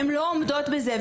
הן לא עומדות בזה.